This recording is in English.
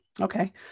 okay